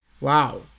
Wow